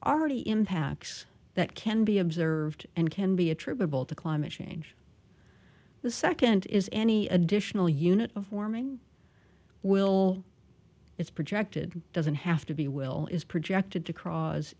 already impacts that can be observed and can be attributable to climate change the second is any additional unit of warming will it's projected doesn't have to be will is projected to c